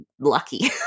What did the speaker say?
lucky